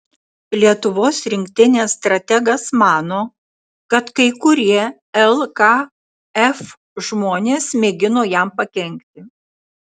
lietuvos rinktinės strategas mano kad kai kurie lkf žmonės mėgino jam pakenkti